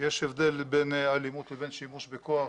יש הבדל בין אלימות לבין שימוש בכוח,